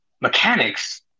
Mechanics